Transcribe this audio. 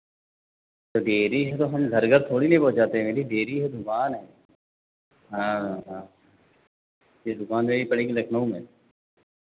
तो डेरी है तो हम घर घर थोड़ी ना पहुंचाते हैं मेरी डेरी है दुकान है हाँ हाँ ये दुकानदारी पड़ेगी लखनऊ में